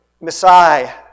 Messiah